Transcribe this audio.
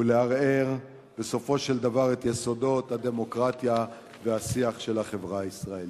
לערער את יסודות הדמוקרטיה והשיח של החברה הישראלית.